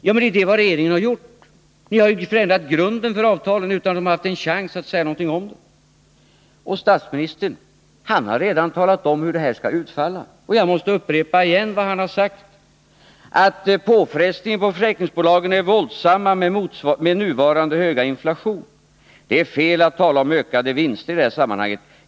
Ja, men det är ju vad regeringen har gjort; ni har förändrat grunden för avtalen utan att parterna haft en chans att säga någonting om det. Statsministern har redan talat om hur det här skall utfalla. Jag måste upprepa vad han har sagt: ”Påfrestningarna på försäkringsbolagen är våldsamma med nuvarande höga inflation och låga BNP. Det är fel att tala om ökade vinster i det här sammanhanget.